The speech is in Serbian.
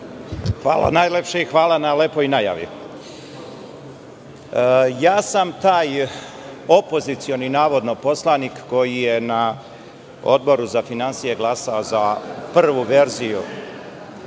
Hvala najlepše i hvala na lepoj najavi. Ja sam taj opozicioni, navodno, poslanik koji je na Odboru za finansije glasao za prvu verziju